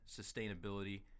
Sustainability